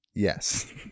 Yes